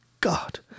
God